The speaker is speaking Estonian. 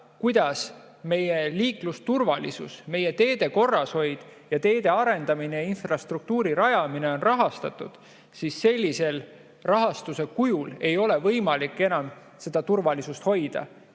kuidas meie liiklusturvalisus, meie teede korrashoid ja teede arendamine ja infrastruktuuri rajamine on rahastatud, [võib öelda], et sellisel rahastusel ei ole võimalik enam seda turvalisust hoida.